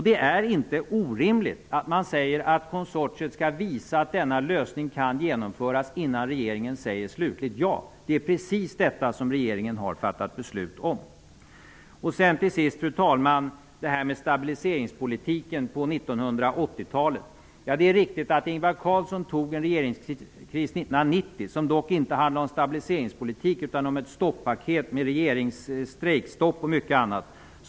Det är inte orimligt att man säger att konsortiet skall visa att denna lösning kan genomföras innan regeringen säger slutligt ja. Det är precis detta som regeringen har fattat beslut om. Till sist fru talman, till frågan om stabiliseringspolitiken på 1980-talet. Det är riktigt att Ingvar Carlsson var med om en regeringskris 1990, som dock inte handlade om stabiliseringspolitik utan om ett stoppaket med strejkstopp och mycket annat.